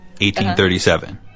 1837